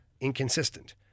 inconsistent